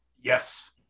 Yes